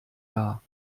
dar